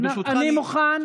אני מוכן,